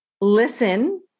listen